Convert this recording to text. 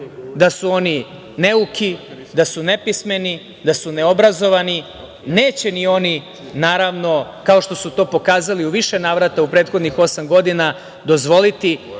da su oni neuki, da su nepismeni, da su neobrazovani. Neće ni oni, naravno, kao što su to pokazali u više navrata u prethodnih osam godina, dozvoliti